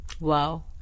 Wow